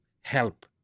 help